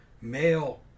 male